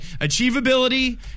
achievability